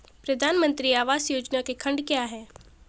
प्रधानमंत्री आवास योजना के खंड क्या हैं?